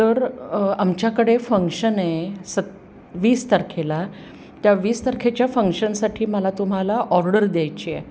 तर आमच्याकडे फंक्शन आहे सत् वीस तारखेला त्या वीस तारखेच्या फंक्शनसाठी मला तुम्हाला ऑर्डर द्यायची आहे